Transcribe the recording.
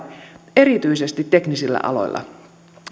erityisesti teknisillä aloilla